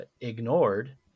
ignored